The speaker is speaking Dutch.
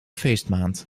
feestmaand